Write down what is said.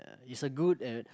he's a good uh